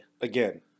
again